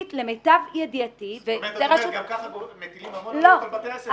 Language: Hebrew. את אומרת שגם כך מטילים הרבה עלויות על בתי עסק,